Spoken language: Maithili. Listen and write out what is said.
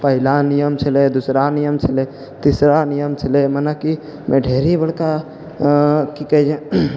पहिला नियम छलै दूसरा नियम छलै तीसरा नियम छलै मने कि ढेरी बड़का अऽ कि कहै छै